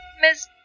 Miss